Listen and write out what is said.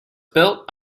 built